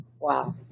Wow